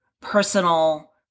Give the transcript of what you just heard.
personal